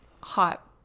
hot